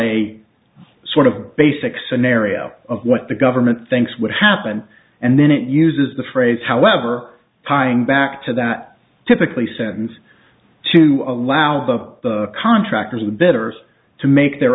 a sort of basic scenario of what the government thinks would happen and then it uses the phrase however tying back to that typically sentence to allow the contractors the bitters to make their